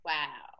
Wow